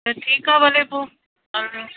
त ठीकु आहे भले पोइ अर